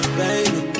baby